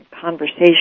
conversation